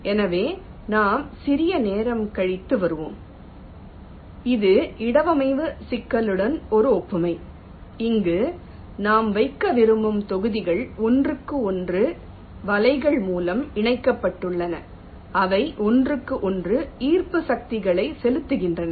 எனவே நாம் சிறிது நேரம் கழித்து வருவோம் இது இடவமைவு சிக்கலுடன் ஒரு ஒப்புமை அங்கு நாம் வைக்க விரும்பும் தொகுதிகள் ஒன்றுக்கு ஒன்று வலைகள் மூலம் இணைக்கப்பட்டுள்ளன அவை ஒன்றுக்கு ஒன்று ஈர்ப்பு சக்திகளை செலுத்துகின்றன